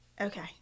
Okay